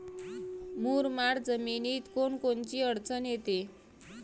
मुरमाड जमीनीत कोनकोनची अडचन येते?